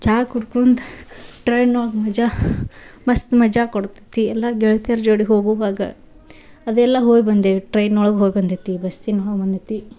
ಚಾ ಕುಡ್ಕೋಂತ ಟ್ರೈನೊಳ್ಗೆ ಮಜಾ ಮಸ್ತ್ ಮಜಾ ಕೊಡ್ತತಿ ಎಲ್ಲ ಗೆಳ್ತಿಯರ ಜೋಡಿ ಹೋಗುವಾಗ ಅದೆಲ್ಲ ಹೋಗ್ ಬಂದೇವೆ ಟ್ರೈನೊಳ್ಗೆ ಹೋಗ್ ಬಂದೆತಿ ಬಸ್ಸಿನೊಳಗೆ ಬಂದೆತಿ